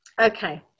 Okay